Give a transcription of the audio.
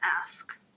ask